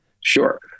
Sure